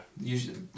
Usually